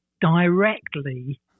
directly